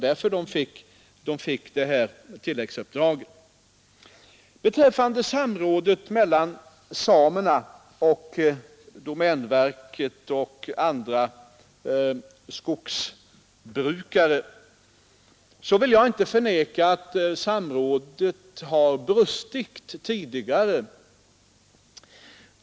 Därför fick arbetsgruppen detta tilläggsuppdrag. Jag vill inte förneka att samrådet mellan å ena sidan samerna och å andra sidan domänverket och andra skogsbrukare tidigare har brustit.